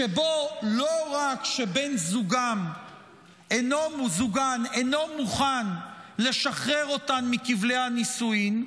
שבו לא רק שבן זוגן אינו מוכן לשחרר אותן מכבלי הנישואין,